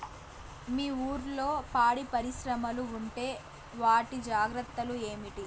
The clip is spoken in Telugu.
మీ ఊర్లలో పాడి పరిశ్రమలు ఉంటే వాటి జాగ్రత్తలు ఏమిటి